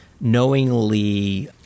knowingly